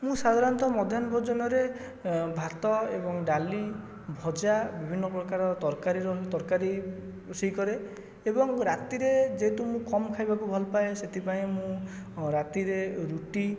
ମୁଁ ସାଧାରଣତଃ ମଧ୍ୟାହ୍ନ ଭୋଜନରେ ଭାତ ଏବଂ ଡାଲି ଭଜା ବିଭିନ୍ନ ପ୍ରକାର ତରକାରୀର ତରକାରୀ ରୁଷେଇ କରେ ଏବଂ ରାତିରେ ଯେହେତୁ ମୁଁ କମ ଖାଇବାକୁ ଭଲ ପାଏ ସେଥିପାଇଁ ମୁଁ ରାତିରେ ରୁଟି